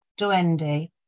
Duende